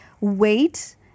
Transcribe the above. weight